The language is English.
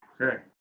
Okay